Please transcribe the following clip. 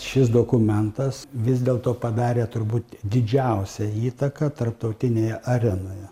šis dokumentas vis dėlto padarė turbūt didžiausią įtaką tarptautinėje arenoje